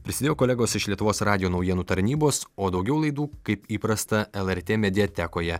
prisidėjo kolegos iš lietuvos radijo naujienų tarnybos o daugiau laidų kaip įprasta lrt mediatekoje